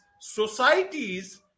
societies